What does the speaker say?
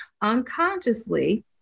unconsciously